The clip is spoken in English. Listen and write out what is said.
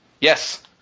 Yes